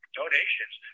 donations